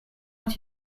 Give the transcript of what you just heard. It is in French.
est